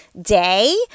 day